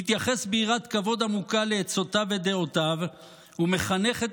מתייחס ביראת כבוד עמוקה לעצותיו ודעותיו ומחנך את